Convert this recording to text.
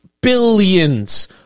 billions